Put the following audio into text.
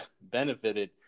benefited